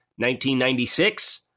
1996